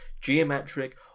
geometric